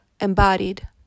embodied